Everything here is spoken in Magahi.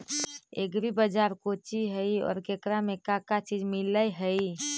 एग्री बाजार कोची हई और एकरा में का का चीज मिलै हई?